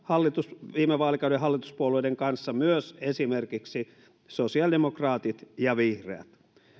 viime vaalikauden hallituspuolueiden kanssa myös esimerkiksi sosiaalidemokraatit ja vihreät